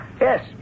Yes